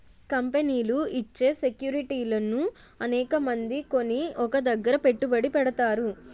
కంపెనీలు ఇచ్చే సెక్యూరిటీలను అనేకమంది కొని ఒక దగ్గర పెట్టుబడి పెడతారు